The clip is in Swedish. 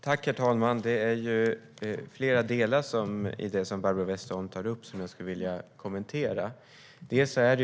Herr talman! Det är flera delar i det som Barbro Westerholm tar upp som jag skulle vilja kommentera. En del är TLV:s arbete.